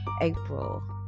April